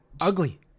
ugly